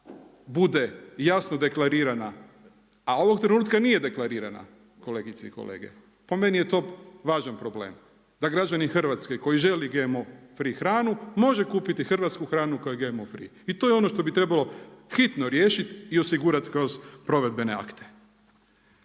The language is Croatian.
bude jasno deklarirana, a ovog trenutka nije deklarirana kolegice i kolege, po meni je to važan problem, da građani Hrvatske koji želi GMO free hranu može kupiti hrvatsku hranu koja je GMO free. I to je ono što bi trebalo hitno riješiti i osigurati kroz provedbene akte.